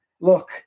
look